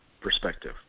perspective